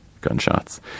gunshots